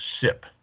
SIP